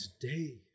today